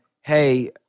Hey